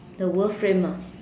the world film ah